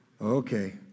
Okay